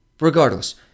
Regardless